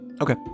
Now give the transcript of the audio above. Okay